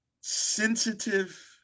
sensitive